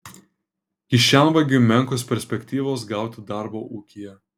kišenvagiui menkos perspektyvos gauti darbo ūkyje